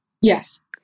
Yes